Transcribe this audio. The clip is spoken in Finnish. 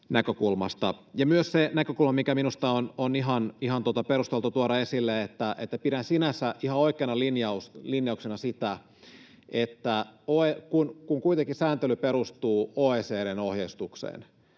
näkökulmasta. Ja myös se näkökulma on minusta ihan perusteltua tuoda esille ja pidän sinänsä ihan oikeana linjauksena sitä, että kun sääntely kuitenkin perustuu OECD:n ohjeistukseen,